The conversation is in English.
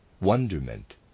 wonderment